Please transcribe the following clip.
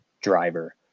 driver